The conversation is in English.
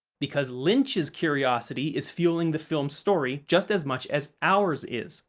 because lynch's curiosity is fueling the film's story just as much as ours is,